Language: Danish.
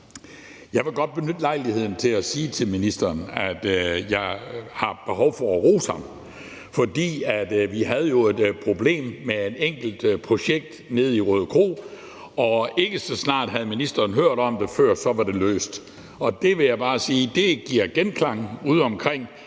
Jeg vil godt benytte lejligheden til at sige til ministeren, at jeg har behov for at rose ham. For vi havde jo et problem med et enkelt projekt nede i Rødekro, og ikke så snart havde ministeren hørt om det, før det var løst. Det vil jeg bare sige giver genklang udeomkring,